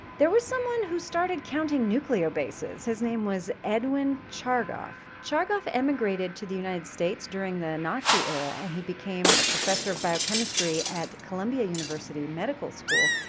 there was someone who started counting nucleobases. his name was erwin chargaff. chargaff emigrated to the united states during the nazi era, and he became a professor of biochemistry at columbia university medical school,